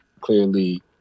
clearly